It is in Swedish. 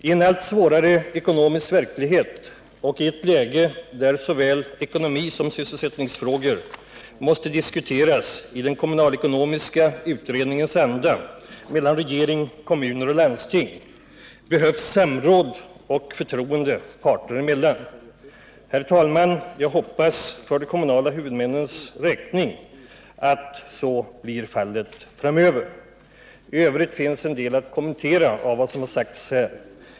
I en allt svårare ekonomisk verklighet och i ett läge där såväl ekonomi som sysselsättningsfrågor måste diskuteras i den kommunalekonomiska utredningens anda mellan regering, kommuner och landsting behövs samråd och förtroende parter emellan. Herr talman! Jag hoppas för de kommunala huvudmännens räkning att så blir fallet framöver. I övrigt finns en del att kommentera av vad som sagts här.